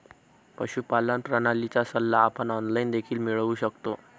पशुपालन प्रणालीचा सल्ला आपण ऑनलाइन देखील मिळवू शकतो